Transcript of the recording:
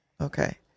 Okay